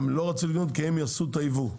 הם לא רצו לקנות כי הם עשו את הייבוא.